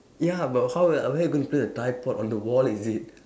ya but how like where are you going to place the tripod on the wall is it